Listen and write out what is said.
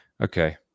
Okay